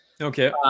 okay